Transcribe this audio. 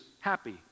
happy